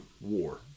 war